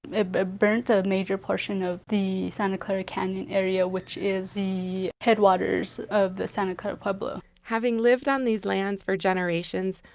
it but burnt a major portion of the santa clara canyon area, which is the headwaters of the santa clara pueblo. having lived on these lands for generations,